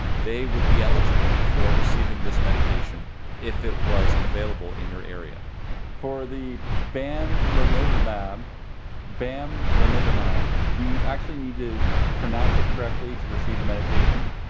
they would be eligible for receiving this medication if it was available in your area. kyle for the bamlanivimab, bamlanivimab, do you actually need to pronounce it correctly to receive the medication?